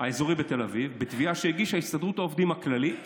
בתל אביב, בתביעה שהגישו הסתדרות העובדים הכללית